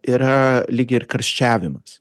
yra lyg ir karščiavimas